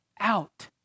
out